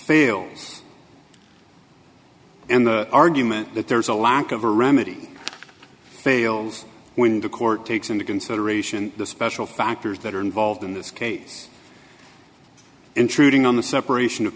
fails and the argument that there is a lack of a remedy fails when the court takes into consideration the special factors that are involved in this case intruding on the separation of